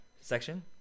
section